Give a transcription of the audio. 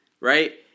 right